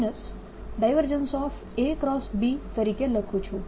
તરીકે લખું છું